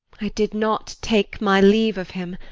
i did not take my leave of him,